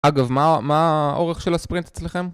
אגב מה האורך של הספרינט אצלכם?